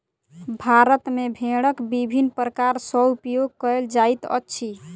भारत मे भेड़क विभिन्न प्रकार सॅ उपयोग कयल जाइत अछि